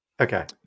Okay